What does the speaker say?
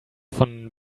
von